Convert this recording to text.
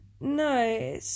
No